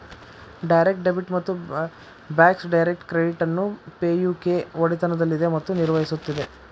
direct debit ಮತ್ತು Bacs direct credit ಅನ್ನು pay U K ಒಡೆತನದಲ್ಲಿದೆ ಮತ್ತು ನಿರ್ವಹಿಸುತ್ತದೆ